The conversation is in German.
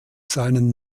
seinen